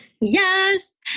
Yes